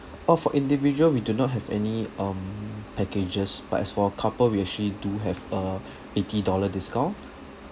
oh for individual we do not have any um packages but as for couple we actually do have a eighty dollar discount